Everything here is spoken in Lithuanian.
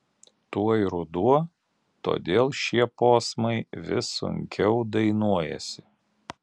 tuoj ruduo todėl šie posmai vis sunkiau dainuojasi